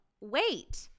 wait